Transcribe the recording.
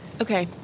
Okay